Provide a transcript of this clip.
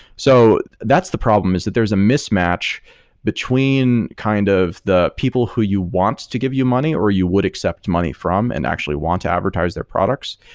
so that's the problem, is that there is a mismatch between kind of the people who you wants to give you money or you would accept money from and actually want to advertise their products,